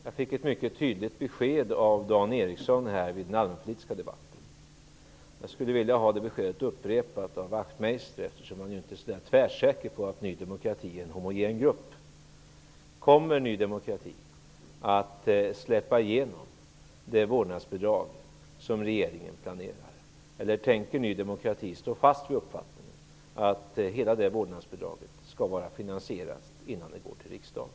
Jag fick ett mycket tydligt besked av Dan Eriksson i Stockholm i den allmänpolitiska debatten. Jag skulle vilja ha det beskedet upprepat av Wachtmeister, eftersom man ju inte kan vara tvärsäker på att Ny demokrati är en homogen grupp. Kommer Ny demokrati att släppa igenom det vårdnadsbidrag som regeringen planerar, eller tänker Ny demokrati stå fast vid uppfattningen att vårdnadsbidraget skall vara finansierat innan det går till riksdagen?